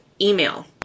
email